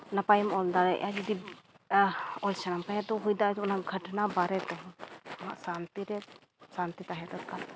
ᱱᱟᱯᱟᱭᱮᱢ ᱚᱞ ᱫᱟᱲᱮᱭᱟᱜᱼᱟ ᱡᱩᱫᱤ ᱚᱞ ᱥᱟᱱᱟᱢ ᱠᱷᱟᱱ ᱫᱚ ᱦᱩᱭ ᱫᱟᱲᱮᱭᱟᱜᱼᱟ ᱚᱱᱟ ᱜᱷᱚᱴᱚᱱᱟ ᱵᱟᱨᱮ ᱛᱮᱦᱚᱸ ᱟᱢᱟᱜ ᱥᱟᱱᱛᱤ ᱨᱮ ᱥᱟᱱᱛᱤ ᱛᱟᱦᱮᱸ ᱫᱚᱨᱠᱟᱨ